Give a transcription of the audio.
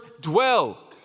dwell